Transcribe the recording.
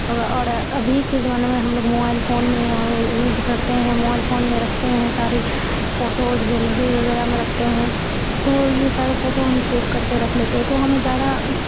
اب اور ابھی کے زمانے میں ہم لوگ موبائل فون میں یا وہ یوز کرتے ہیں موبائل فون میں رکھتے ہیں ساری فوٹوز گیلری وغیرہ میں رکھتے ہیں تو وہ یہ سارے فوٹو ہم سیو کر کے رکھ لیتے ہیں تو ہمیں زیادہ